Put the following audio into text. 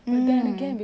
mmhmm